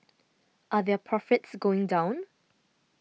are their profits going down